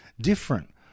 different